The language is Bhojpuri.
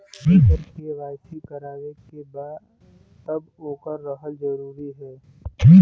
जेकर के.वाइ.सी करवाएं के बा तब ओकर रहल जरूरी हे?